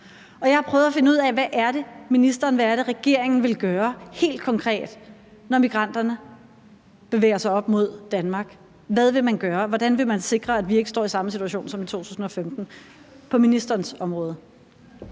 Jeg har prøvet at finde ud af, hvad det er, ministeren og regeringen vil gøre helt konkret, når migranterne bevæger sig op mod Danmark. Hvad vil man gøre? Hvordan vil man på ministerens område sikre, at vi ikke står i samme situation som i 2015? Kl. 13:37 Formanden